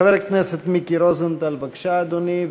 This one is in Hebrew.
חבר הכנסת מיקי רוזנטל, בבקשה, אדוני.